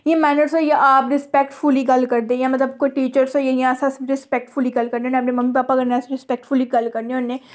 इ'यां मैनर्स होई गेआ आप रस्पैक्टफुली गल्ल करदे जां मतलब कोई टीचर्स होई गेआ अस रस्पैक्टफुली गल्ल करने होन्ने अपने मम्मी पापा कन्नै अस रस्पैक्टफुली गल्ल करने होन्ने